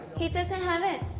he doesn't have it.